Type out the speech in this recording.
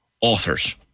authors